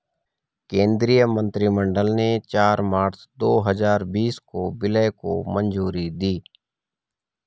केंद्रीय मंत्रिमंडल ने चार मार्च दो हजार बीस को विलय को मंजूरी दी